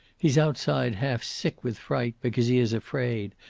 he's outside, half-sick with fright, because he is afraid.